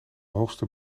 hoogste